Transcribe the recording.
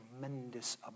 tremendous